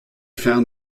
found